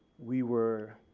we were,